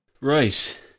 Right